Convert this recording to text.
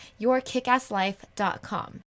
yourkickasslife.com